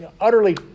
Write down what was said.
utterly